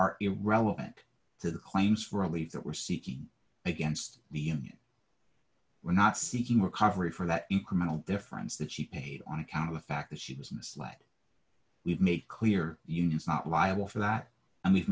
are irrelevant to the claims for relief that we're seeking against the union we're not seeking recovery for that incremental difference that she paid on account of the fact that she was misled we've made clear unions not liable for that and we've